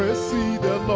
see the